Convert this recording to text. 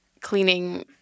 cleaning